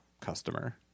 customer